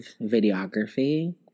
videography